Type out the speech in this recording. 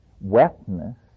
Wetness